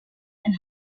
and